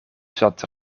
zat